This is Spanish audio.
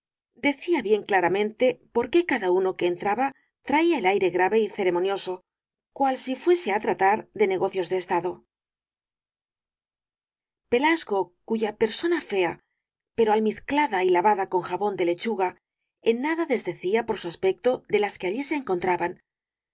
decía bien claramente por qué cada uno que entraba traía el aire grave y ceremonioso cual si fuese á tratar de negocios de estado pelasgo cuya persona fea pero almizclada y lavada con jabón de lechuga en nada desdecía por su aspecto de las que allí se encontraban